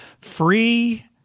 free